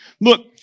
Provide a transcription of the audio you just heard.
Look